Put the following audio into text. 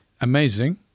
Amazing